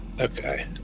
okay